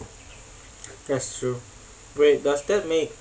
that's true wait does that make